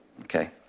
Okay